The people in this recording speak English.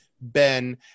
Ben